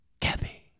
Kathy